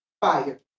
fire